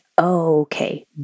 okay